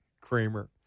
Kramer